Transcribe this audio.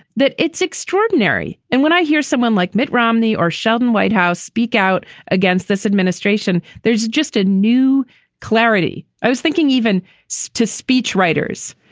that it's extraordinary. and when i hear someone like mitt romney or sheldon whitehouse speak out against this administration, there's just a new clarity. i was thinking even so to speechwriters,